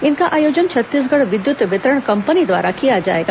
इनका आयोजन छत्तीसगढ़ विद्युत वितरण कम्पनी द्वारा किया जाएगा